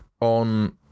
on